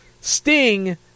Sting